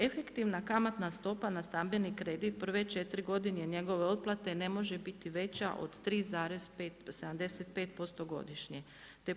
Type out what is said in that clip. Efektivna kamatna stopa na stambeni kredit prve 4 godine njegove otplate ne može biti veća od 3,75% godišnje.